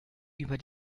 über